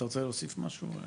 אתה רוצה להוסיף משהו?